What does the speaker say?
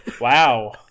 Wow